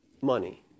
money